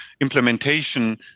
implementation